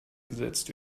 gesetzt